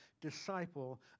disciple